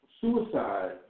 suicide